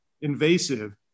invasive